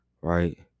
right